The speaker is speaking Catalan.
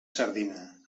sardina